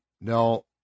no